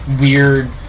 weird